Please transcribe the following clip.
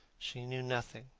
she knew nothing,